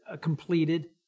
completed